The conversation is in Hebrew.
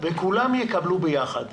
וכולם יקבלו ביחד,